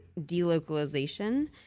delocalization